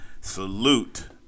Salute